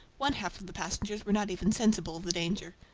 one-half of the passengers were not even sensible of the danger.